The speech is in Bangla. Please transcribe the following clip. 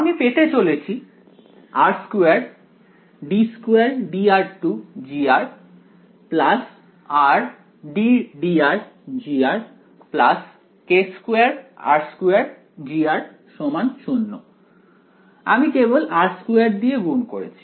আমি পেতে চলেছি r2d2dr2 G rddr G k2r2G 0 আমি কেবল r2 দিয়ে গুণ করেছি